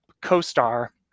co-star